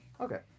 okay